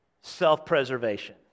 self-preservation